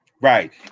Right